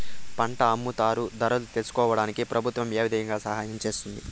పంట అమ్ముతారు ధరలు తెలుసుకోవడానికి ప్రభుత్వం ఏ విధంగా సహాయం చేస్తుంది?